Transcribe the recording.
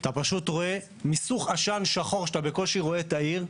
אתה פשוט רואה מיסוך ענן שחור שאתה בקושי רואה את העיר,